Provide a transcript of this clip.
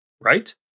Right